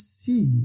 see